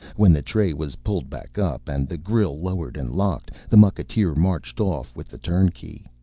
when the tray was pulled back up and the grille lowered and locked, the mucketeer marched off with the turnkey.